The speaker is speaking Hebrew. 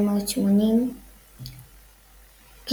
978-965-91880-2-4,